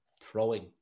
throwing